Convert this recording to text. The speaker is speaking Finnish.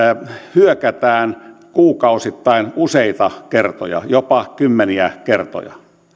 hyökätään kuukausittain useita kertoja jopa kymmeniä kertoja